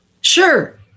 Sure